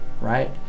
right